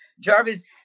Jarvis